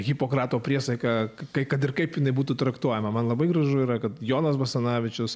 hipokrato priesaiką kad ir kaip jinai būtų traktuojama man labai gražu yra kad jonas basanavičius